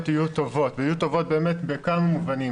יהיו טובות ויהיו טובות באמת בכמה מובנים,